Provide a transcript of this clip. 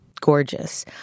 gorgeous